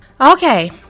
Okay